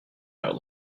out